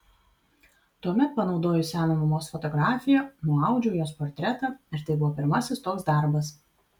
tuomet panaudojus seną mamos fotografiją nuaudžiau jos portretą ir tai buvo pirmasis toks darbas